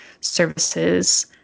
services